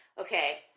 Okay